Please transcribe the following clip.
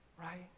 right